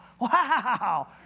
wow